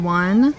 one